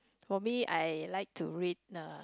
for me I like to read uh